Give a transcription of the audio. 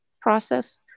process